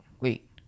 wait